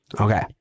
Okay